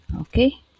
Okay